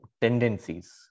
tendencies